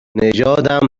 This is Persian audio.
نژادم